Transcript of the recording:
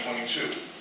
2022